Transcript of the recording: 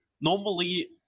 normally